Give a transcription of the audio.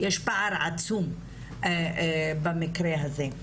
יש פער עצום במקרה הזה.